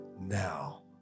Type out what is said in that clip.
now